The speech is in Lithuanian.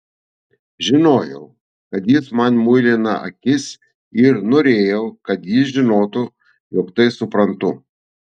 žinojau kad jis man muilina akis ir norėjau kad jis žinotų jog tai suprantu